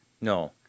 No